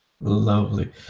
Lovely